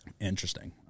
Interesting